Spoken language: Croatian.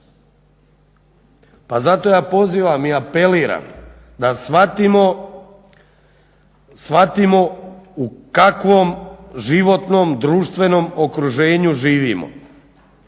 Pa zato ja pozivam i apeliram da shvatimo u kakvom životnom društvenom okruženju živimo,